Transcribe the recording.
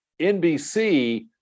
NBC